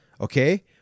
Okay